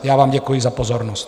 Já vám děkuji za pozornost.